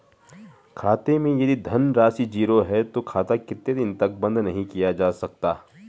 खाते मैं यदि धन राशि ज़ीरो है तो खाता कितने दिन तक बंद नहीं किया जा सकता?